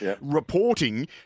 reporting